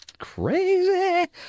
crazy